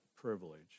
privilege